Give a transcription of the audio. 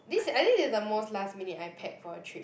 this I think this is the most last minute I pack for a trip